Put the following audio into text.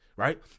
Right